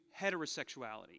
heterosexuality